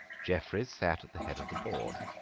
jeffreys sate at the head of the board.